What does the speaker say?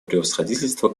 превосходительство